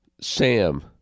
Sam